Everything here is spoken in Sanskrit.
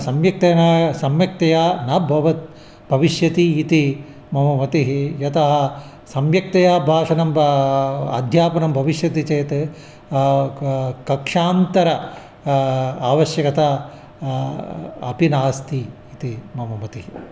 सम्यक्तया न सम्यक्तया न भवेत् भविष्यति इति मम मतिः यदा सम्यक्तया भाषणं वा अध्यापनं भविष्यति चेत् क कक्षान्तरस्य आवश्यकता अपि नास्ति इति मम मतिः